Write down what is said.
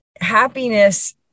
happiness